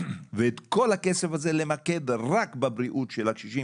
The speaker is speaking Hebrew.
ואת כל הכסף הזה למקד רק בבריאות של הקשישים